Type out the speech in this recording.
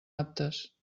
aptes